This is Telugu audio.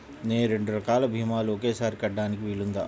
నేను రెండు రకాల భీమాలు ఒకేసారి కట్టడానికి వీలుందా?